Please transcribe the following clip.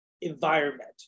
environment